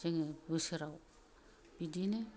जोङो बोसोराव बिदिनो